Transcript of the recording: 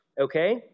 okay